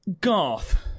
Garth